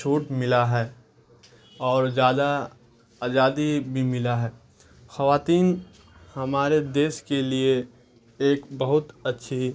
چھوٹ ملا ہے اور زیادہ آزادی بھی ملا ہے خواتین ہمارے دیش کے لیے ایک بہت اچھی